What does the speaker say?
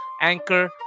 Anchor